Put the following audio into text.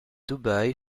dubai